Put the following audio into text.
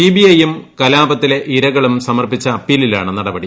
C B ഐയും കലാപത്തിലെ ഇരകളും സമർപ്പിച്ച അപ്പീലിലാണ് നടപടി